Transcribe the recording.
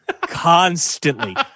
constantly